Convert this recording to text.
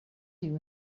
you